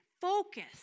focus